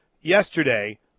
yesterday